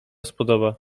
spodoba